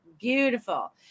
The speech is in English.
beautiful